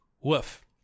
Woof